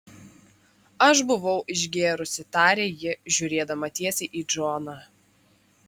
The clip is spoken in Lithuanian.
aš buvau išgėrusi tarė ji žiūrėdama tiesiai į džoną